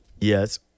Yes